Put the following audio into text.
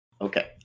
Okay